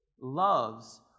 loves